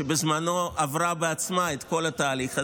שבזמנו עברה בעצמה את כל התהליך הזה,